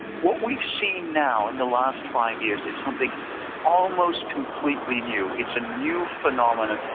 what we've seen now, in the last five years, is something almost completely new, it's a new phenomenon,